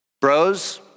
bros